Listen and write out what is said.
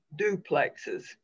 duplexes